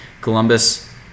Columbus